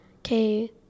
okay